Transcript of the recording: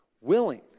willing